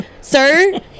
sir